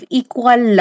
equal